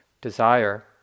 desire